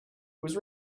was